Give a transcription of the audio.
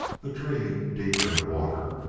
the tree, deeper in the water,